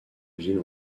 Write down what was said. ville